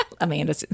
Amanda